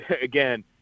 again